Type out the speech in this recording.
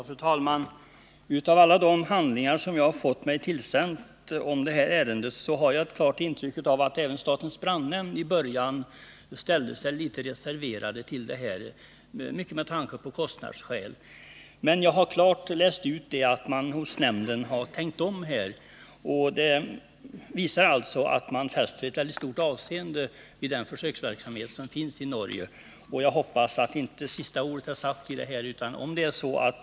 Fru talman! Av alla de handlingar som jag har fått mig tillsända om detta ärende har jag ett klart intryck av att även statens brandnämnd i början ställde sig litet reserverad till denna brandsläckningsmetod, mycket med hänsyn till kostnaderna. Men jag har klart läst ut att nämnden har tänkt om, och det bevisas av att den fäster stort avseende vid den försöksverksamhet som pågår i Norge. Jag hoppas att sista ordet inte är sagt i denna fråga.